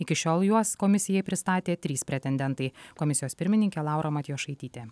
iki šiol juos komisijai pristatė trys pretendentai komisijos pirmininkė laura matjošaitytė